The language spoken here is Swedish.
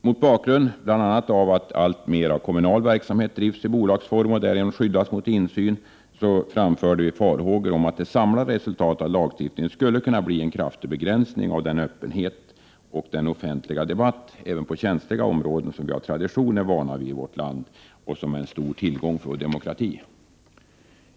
Mot bakgrund bl.a. av att kommunal verksamhet alltmer bedrivs i bolagsform och därigenom skyddas mot insyn framförde vi våra farhågor för att det samlade resultatet av lagstiftningen skulle kunna bli en kraftig begränsning av den öppenhet och den offentliga debatt — även på känsliga områden — som blivit en tradition i vårt land och som är en så stor tillgång för vår demokrati.